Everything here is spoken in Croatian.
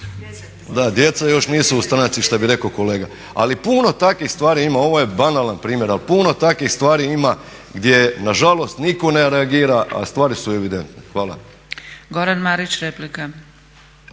… Djeca još nisu u stranci što bi rekao kolega. Ali puno takvih stvari ima, ovo je banalan primjer, ali puno takvih stvari ima gdje nažalost nitko ne reagira a stvari su evidentne. Hvala. **Zgrebec, Dragica